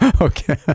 okay